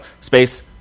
space